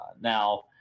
Now